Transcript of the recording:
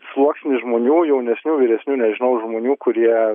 sluoksnį žmonių jaunesnių vyresnių nežinau žmonių kurie